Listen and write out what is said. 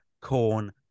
Corn